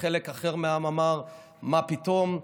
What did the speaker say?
וחלק אחר מהעם אמר: מה פתאום,